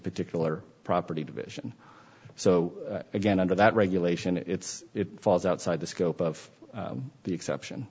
particular property division so again under that regulation it's it falls outside the scope of the exception